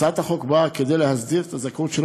הצעת החוק באה להסדיר את הזכאות של